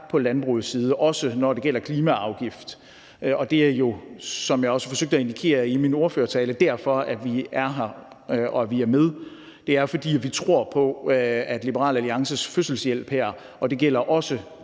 på landbrugets side, også når det gælder klimaafgift, og det er jo derfor – som jeg også forsøgte at indikere i min ordførertale – at vi er her, og at vi er med. Det er, fordi vi tror på, at Liberal Alliances fødselshjælp her – og det gælder også,